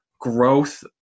growth